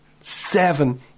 seven